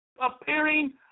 appearing